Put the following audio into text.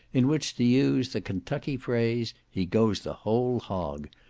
in which, to use the kentucky phrase, he goes the whole hog,